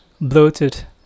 bloated